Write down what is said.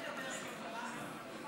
צריך לדבר עם החמאס?